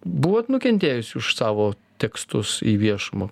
buvot nukentėjusi už savo tekstus į viešumą